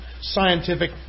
scientific